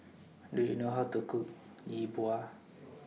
Do YOU know How to Cook Yi Bua